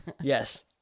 Yes